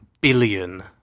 billion